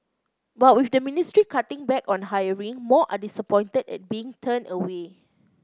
but with the ministry cutting back on hiring more are disappointed at being turned away